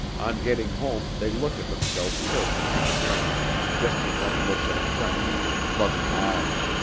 on getting home they looked at themselves carefully in the mirror just as one looks at a friend, with loving eyes.